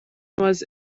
was